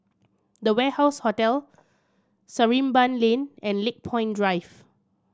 The Warehouse Hotel Sarimbun Lane and Lakepoint Drive